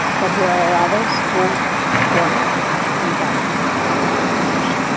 but there are others who who are not in that pulsation.